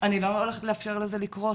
אני לא הולכת לאפשר לזה לקרות,